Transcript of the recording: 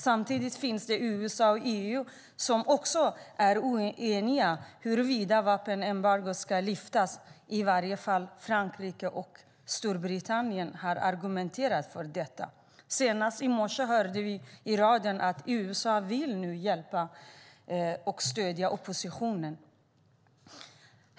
Samtidigt finns USA och EU som också är oeniga när det gäller huruvida vapenembargot ska lyftas, vilket i varje fall Frankrike och Storbritannien har argumenterat för. Senast i morse sades det i radio att USA nu vill hjälpa och stödja oppositionen.